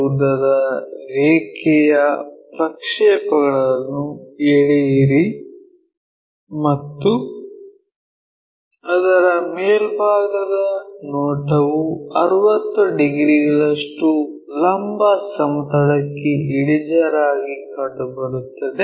ಉದ್ದದ ರೇಖೆಯ ಪ್ರಕ್ಷೇಪಗಳನ್ನು ಎಳೆಯಿರಿ ಮತ್ತು ಅದರ ಮೇಲ್ಭಾಗದ ನೋಟವು 60 ಡಿಗ್ರಿಗಳಷ್ಟು ಲಂಬ ಸಮತಲಕ್ಕೆ ಇಳಿಜಾರಾಗಿ ಕಂಡುಬರುತ್ತದೆ